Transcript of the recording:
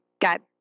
got